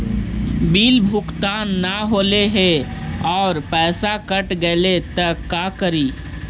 Bill भुगतान न हौले हे और पैसा कट गेलै त का करि?